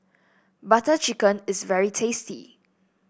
Butter Chicken is very tasty